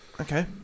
Okay